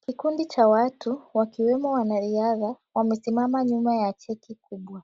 Kikundi cha watu wakiwemo wanariadha wamesima ma nyuma ya cheki kubwa,